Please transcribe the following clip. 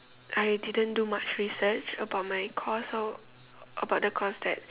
I didn't do much research about my course lor about the course that